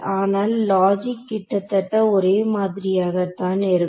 ஆனால் லாஜிக் கிட்டத்தட்ட ஒரே மாதிரியாகத்தான் இருக்கும்